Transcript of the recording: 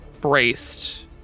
braced